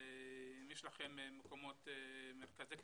אם יש לכם מרכזי קליטה?